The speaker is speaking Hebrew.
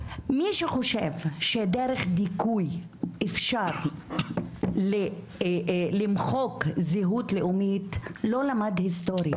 מי שחושב שדרך דיכוי אפשר למחוק זהות לאומית לא למד היסטוריה,